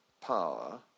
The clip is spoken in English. power